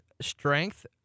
strength